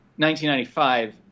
1995